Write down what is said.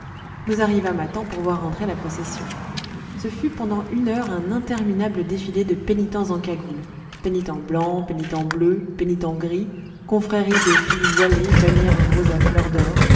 nous arrivâmes à temps pour voir rentrer la procession ce fut pendant une heure un interminable défilé de pénitents en cagoule pénitents blancs pénitents bleus pénitents gris confréries de filles voilées bannières roses à fleurs d'or